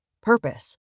Purpose